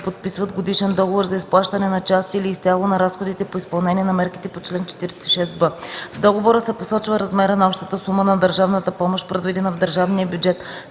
подписват годишен договор за изплащане на част или изцяло на разходите по изпълнение на мерките по чл. 46б. В договора се посочва размерът на общата сума на държавната помощ, предвидена в държавния бюджет